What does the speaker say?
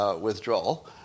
withdrawal